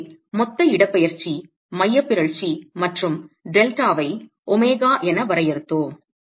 எனவே மொத்த இடப்பெயர்ச்சி மையப் பிறழ்ச்சி மற்றும் டெல்டாவை ω என வரையறுத்தோம்